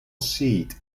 seat